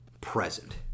present